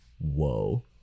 whoa